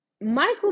Michael